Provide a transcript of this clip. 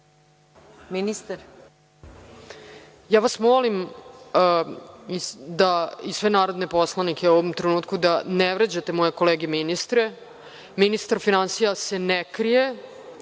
Brnabić** Ja vas molim da i sve narodne poslanike u ovom trenutku da ne vređate moje kolege ministre. Ministar finansija se ne krije,